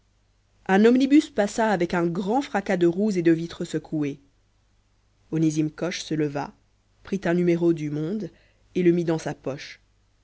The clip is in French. d'automobile un omnibus passa avec un grand fracas de roues et de vitres secouées onésime coche se leva prit un numéro du monde et le mit dans sa poche